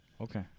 Okay